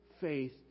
faith